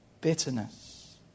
bitterness